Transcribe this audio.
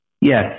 Yes